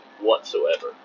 whatsoever